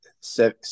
seven